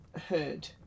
herd